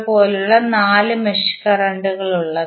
പോലുള്ള നാല് മെഷ് കറന്റുകൾ ഉള്ളത്